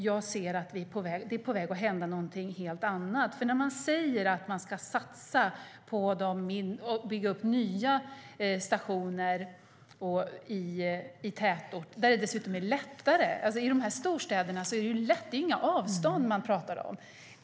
Jag ser dock att det är på väg att hända någonting helt annat när man säger att man ska satsa och bygga upp nya stationer i tätort. I storstäderna är det dessutom lättare; det är inga avstånd att tala om.